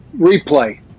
replay